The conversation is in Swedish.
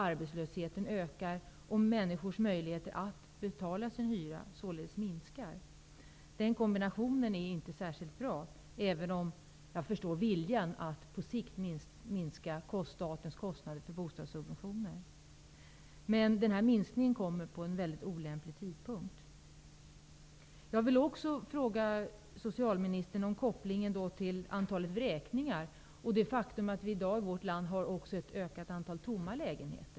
Arbetslösheten ökar, och människors möjligheter att betala sin hyra minskar således. Den kombinationen är inte särskilt bra, även om jag förstår regeringens vilja att på sikt minska statens kostnader för bostadssubventioner. Den här minskningen kommer vid en mycket olämplig tidpunkt.